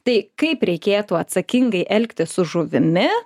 tai kaip reikėtų atsakingai elgtis su žuvimi